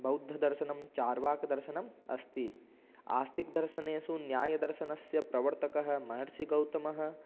बौद्धदर्शनं चार्वाकदर्शनम् अस्ति आस्तिकदर्शनेषु न्यायदर्शनस्य प्रवर्तकः महर्षिगौतमः